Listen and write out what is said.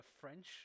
French